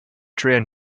train